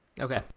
Okay